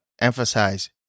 emphasize